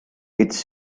its